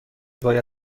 باید